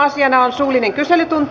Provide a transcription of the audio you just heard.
asiana on suullinen kyselytunti